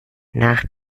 nach